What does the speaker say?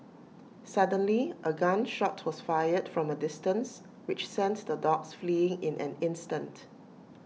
suddenly A gun shot was fired from A distance which sent the dogs fleeing in an instant